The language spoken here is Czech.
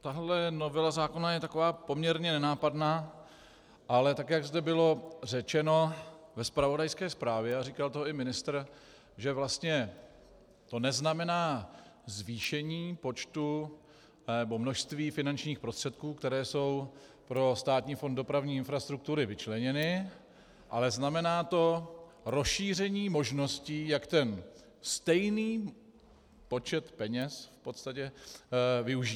tahle novela zákona je taková poměrně nenápadná, ale tak jak zde bylo řečeno ve zpravodajské zprávě, a říkal to i ministr, že vlastně to neznamená zvýšení počtu nebo množství finančních prostředků, které jsou pro Státní fond dopravní infrastruktury vyčleněny, ale znamená to rozšíření možností, jak stejný počet peněz využít.